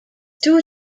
two